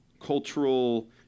cultural